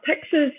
Texas